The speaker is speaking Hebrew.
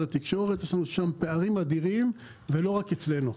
התקשורת יש לנו שם פערים אדירים ולא רק אצלנו.